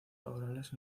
favorables